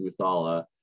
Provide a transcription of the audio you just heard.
Uthala